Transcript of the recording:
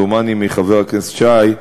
דומני מחבר הכנסת שי,